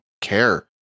care